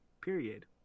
Period